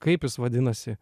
kaip jis vadinasi